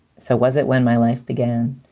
so was it when my life began.